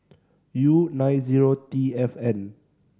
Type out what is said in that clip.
U nine zero T F N